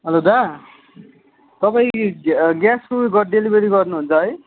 हलो दादा तपाईँ ग्यासको डिलिभेरी गर्नु हुन्छ है